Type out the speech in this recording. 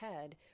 head